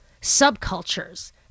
subcultures